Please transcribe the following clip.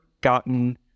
gotten